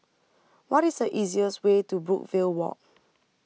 what is the easiest way to Brookvale Walk